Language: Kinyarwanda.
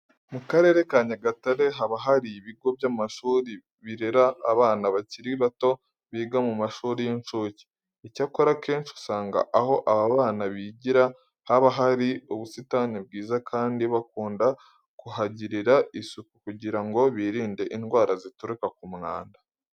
MU karere ka Nyagatare haba hari ibigo by'amashuri birera abana bakiri bato biga mu mashuri y'incuke. Icyakora akenshi usanga aho aba bana bigira haba hari ubusitani bwiza kandi bakunda kuhagirira isuku kugira ngo birinde indwara zituruka ku mwanda.